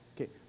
Okay